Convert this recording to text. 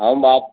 हम आप